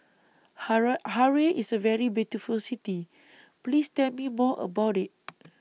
Harare IS A very beautiful City Please Tell Me More about IT